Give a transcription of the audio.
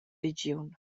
regiun